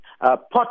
pot